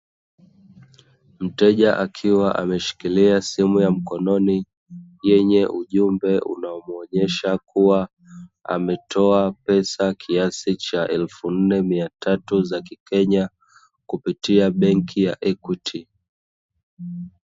Mteja akiwa ameshikilia simu ya mkononi, yenye ujumbe unaomuonyesha kuwa, ametoa pesa kiasi cha elfu nne mia tatu za kikenya, kupitia benki ya "EQUITY".